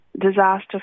disaster